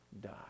die